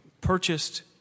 purchased